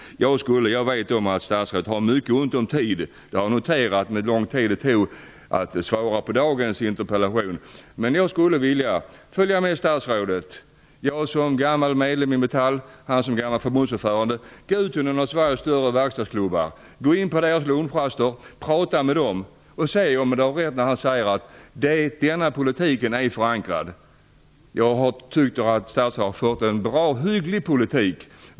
Jag vet att statsrådet har mycket ont om tid, och jag har noterat hur lång tid det tog att svara på dagens interpellation. Men jag, som gammal medlem i Metall, skulle vilja följa med statsrådet, som gammal förbundsordförande, ut till en av Sveriges större verkstadsklubbar, tala med dem där på deras lunchraster för att höra om statsrådet har rätt när han säger att denna politik är förankrad. Jag tycker att statsrådet har fört en bra och hygglig politik.